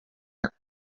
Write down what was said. art